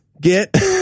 get